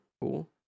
cool